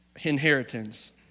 Inheritance